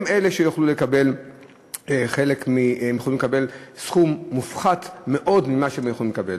יוכלו לקבל סכום מופחת מאוד בהשוואה למה שהיו יכולים לקבל.